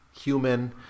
human